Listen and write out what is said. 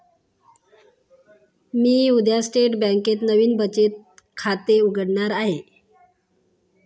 मी उद्या स्टेट बँकेत नवीन बचत खाते उघडणार आहे